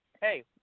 hey